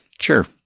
Sure